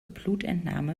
blutentnahme